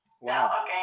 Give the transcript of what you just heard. Wow